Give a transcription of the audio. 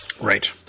Right